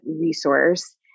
resource